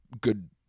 good